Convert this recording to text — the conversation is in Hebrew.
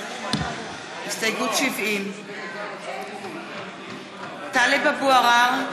(קוראת בשמות חברי הכנסת) טלב אבו עראר,